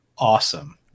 awesome